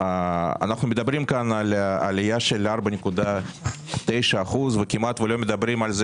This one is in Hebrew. אנחנו מדברים כאן על עלייה של 4.9% וכמעט לא מדברים על כך